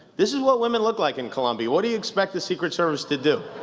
this is what women look like in colombia. what do you expect the secret service to do?